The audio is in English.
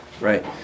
right